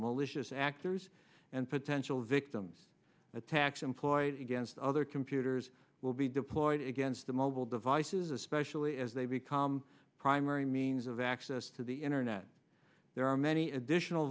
malicious actors and potential victim attacks employed against other computers will be deployed against the mobile devices especially as they become primary means of access to the internet there are many additional